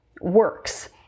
Works